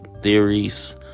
theories